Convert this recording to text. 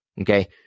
Okay